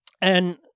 and-